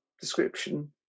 description